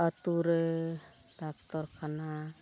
ᱟᱛᱳᱨᱮ ᱰᱟᱠᱛᱚᱨ ᱠᱷᱟᱱᱟ